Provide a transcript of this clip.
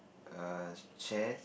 err chair